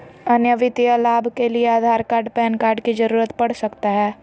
अन्य वित्तीय लाभ के लिए आधार कार्ड पैन कार्ड की जरूरत पड़ सकता है?